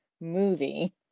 movie